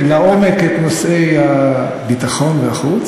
לעומק את נושאי הביטחון והחוץ.